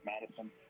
Madison